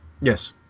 Yes